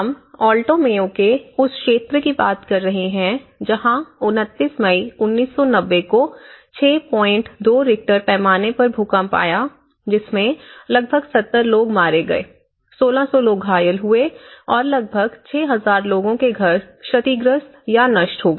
हम Alto Mayo के उस क्षेत्र की बात कर रहे हैं जहां 29 मई 1990 को 62 रिक्टर पैमाना पर भूकंप आया जिसमें लगभग 70 लोग मारे गए 1600 लोग घायल हुए और लगभग 6000 लोगो के घर क्षतिग्रस्त या नष्ट हो गए